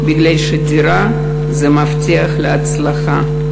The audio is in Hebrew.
כי דירה זה מפתח להצלחה.